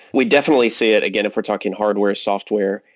we definitely see it, again, if we're talking hardware, software.